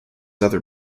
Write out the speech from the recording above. other